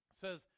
says